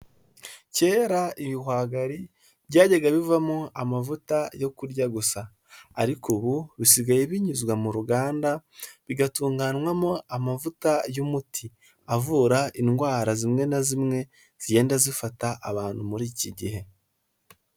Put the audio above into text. Kera ibihwagari byajyaga bivamo amavuta yo kurya gusa, ariko ubu bisigaye binyuzwa mu ruganda, bigatunganywamo amavuta y'umuti avura indwara zimwe na zimwe zigenda zifata abantu muri iki gihe.